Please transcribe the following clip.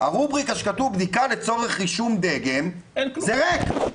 הרובריקה שכתוב "בדיקה לצורך רישום דגם" זה ריק.